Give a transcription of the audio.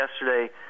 yesterday